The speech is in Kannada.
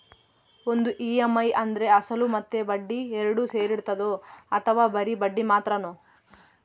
ಒಂದು ಇ.ಎಮ್.ಐ ಅಂದ್ರೆ ಅಸಲು ಮತ್ತೆ ಬಡ್ಡಿ ಎರಡು ಸೇರಿರ್ತದೋ ಅಥವಾ ಬರಿ ಬಡ್ಡಿ ಮಾತ್ರನೋ?